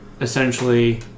essentially